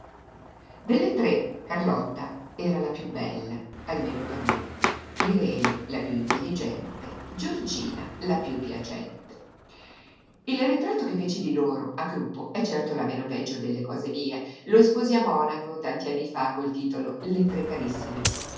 delle tre carlotta era la piú bella almeno per me irene la piú intelligente giorgina la piú piacente il ritratto che feci di loro a gruppo è certo la meno peggio delle cose mie lo esposi a monaco tanti anni fa col titolo le tre carissime